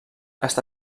està